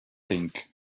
thing